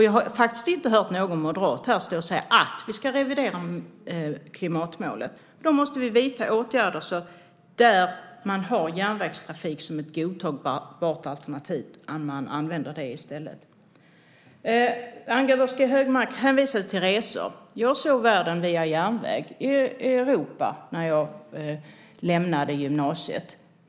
Jag har faktiskt inte hört någon moderat här stå och säga att vi ska revidera klimatmålet. Då måste vi vidta åtgärder så att man där man har järnvägstrafik som ett godtagbart alternativ använder det i stället. Anders G Högmark hänvisade till resor. Jag såg världen via järnväg i Europa när jag lämnade gymnasiet.